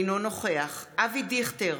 אינו נוכח אבי דיכטר,